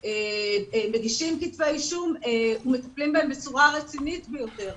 מגישים כתבי אישום ומטפלים בהם בצורה רצינית ביותר.